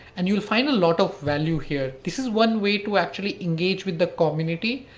and you'll find a lot of value here. this is one way to actually engage with the community,